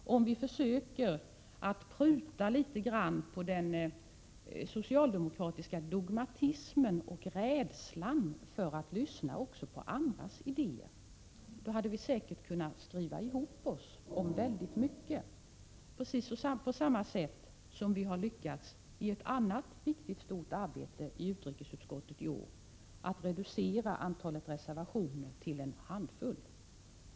Genom att försöka pruta litet grand på den socialdemokratiska dogmatismen och rädslan för att lyssna också på andras idéer hade vi säkert kunnat skriva ihop oss om väldigt mycket, precis som vi i ett annat viktigt och stort arbete i utrikesutskottet i år har lyckats reducera antalet reservationer till en handfull.